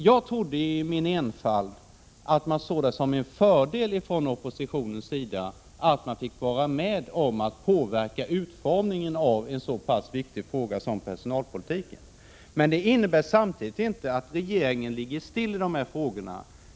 Jag trodde i min enfald att oppositionen såg det som en fördel att få vara med om att påverka utformningen av en sådan viktig fråga som personalpolitiken. Men detta innebär samtidigt inte att regeringen ligger still i denna fråga.